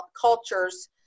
cultures